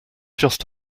just